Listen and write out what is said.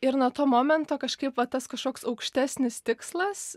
ir nuo to momento kažkaip va tas kažkoks aukštesnis tikslas